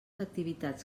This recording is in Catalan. activitats